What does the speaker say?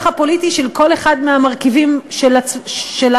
הפוליטי של כל אחד מהמרכיבים של הממשלה.